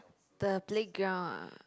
the playground ah